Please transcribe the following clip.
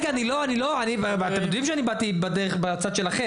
ויש את בית הספר